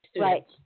Right